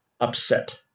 upset